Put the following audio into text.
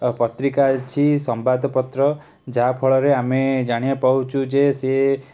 ଓ ପତ୍ରିକା ଅଛି ସମ୍ବାଦପତ୍ର ଯାହାଫଳରେ ଆମେ ଜାଣିବାକୁ ପାଉଛୁ ଯେ ସେ